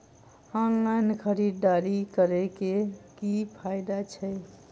Online खरीददारी करै केँ की फायदा छै?